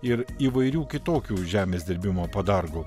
ir įvairių kitokių žemės dirbimo padargų